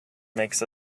makes